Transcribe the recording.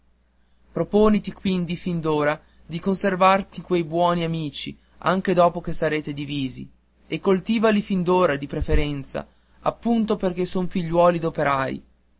proponiti quindi fin d'ora di conservarti quei buoni amici anche dopo che sarete divisi e coltivali fin d'ora di preferenza appunto perché son figliuoli